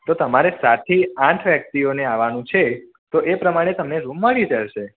તો તમારે સાતથી આઠ વ્યક્તિઓને આવવાનું છે તો એ પ્રમાણે તમને રૂમ મળી જશે